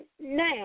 now